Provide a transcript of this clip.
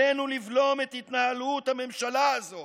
עלינו לבלום את התנהלות הממשלה הזו